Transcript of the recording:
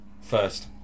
First